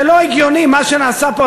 זה לא הגיוני מה שנעשה פה,